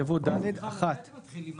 אנחנו מתחילים עם